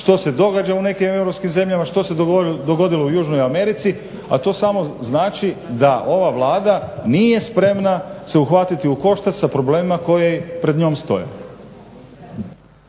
što se događa u nekim europskim zemljama, što se dogodilo u Južnoj Americi, a to samo znači da ova Vlada nije spremna se uhvatiti u koštac sa problemima koji pred njom stoje.